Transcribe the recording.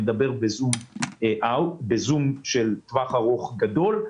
אני מדבר בזום של טווח ארוך גדול.